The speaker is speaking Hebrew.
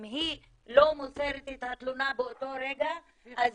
אם היא לא מוסרת את התלונה באותו רגע אז